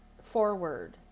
Forward